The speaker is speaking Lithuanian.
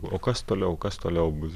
o kas toliau kas toliau bus